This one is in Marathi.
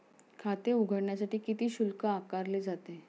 खाते उघडण्यासाठी किती शुल्क आकारले जाते?